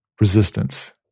resistance